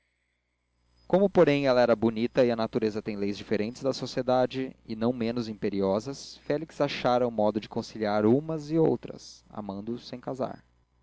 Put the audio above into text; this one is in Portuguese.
como porém ela era bonita e a natureza tem leis diferentes da sociedade e não menos imperiosas félix achara um modo de conciliar umas e outras amando sem casar